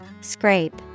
scrape